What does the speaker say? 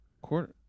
Quarter